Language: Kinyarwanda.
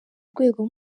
rwego